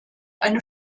eine